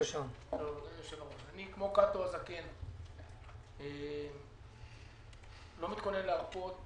אני כמו קאטו הזקן לא מתכוון להרפות